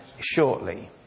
shortly